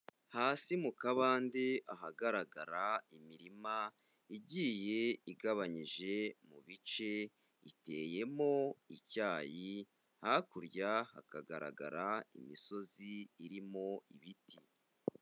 Hasi mu kabande ahagaragara imirima igiye igabanyije mu bice, iteyemo icyayi, hakurya hakagaragara imisozi irimo ibiti.